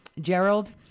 Gerald